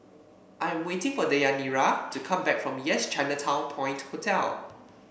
I'm waiting for Deyanira to come back from Yes Chinatown Point Hotel